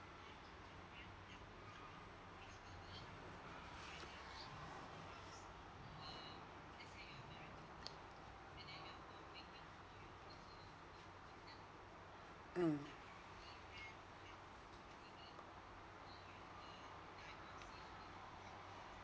mm